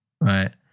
Right